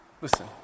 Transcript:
listen